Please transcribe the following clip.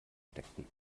steckten